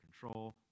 control